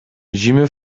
zimy